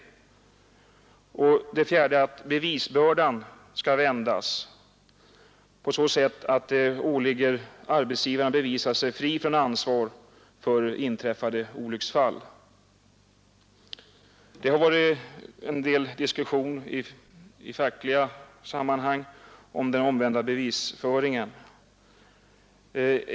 Det fjärde yrkandet är att bevisbördan skall vändas så att det åligger arbetsgivaren att bevisa sig fri från ansvar för inträffade olycksfall. Det har varit en del diskussioner i fackliga sammanhang beträffande den omvända bevisföringen.